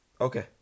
Okay